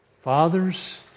Fathers